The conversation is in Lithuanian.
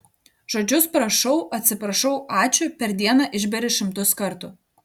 žodžius prašau atsiprašau ačiū per dieną išberi šimtus kartų